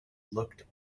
looked